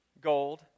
gold